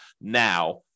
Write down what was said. now